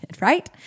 right